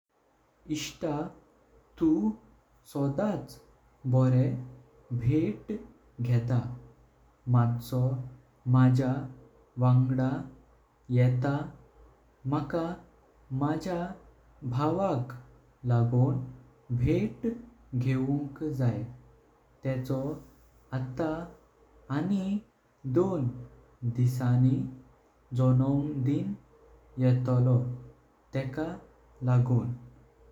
इष्ट तु सोडच बरो भेट घेतां माचो माज्या वांगड येशील। माका माज्या भावाक लागों भेट घेऊनक जायें तेचो आता आनी दोन दिवसांनि जनम दिन येतलो तेका लागों।